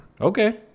okay